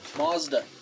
Mazda